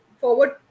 forward